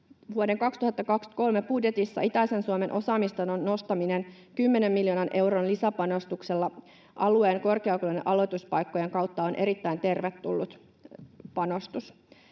Vuoden 2023 budjetissa itäisen Suomen osaamistason nostaminen kymmenen miljoonan euron lisäpanostuksella alueen korkeakoulujen aloituspaikkojen kautta on erittäin tervetullut panostus.